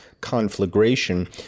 conflagration